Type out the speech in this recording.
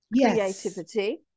creativity